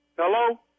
hello